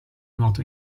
nuoto